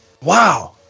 Wow